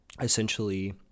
essentially